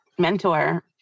mentor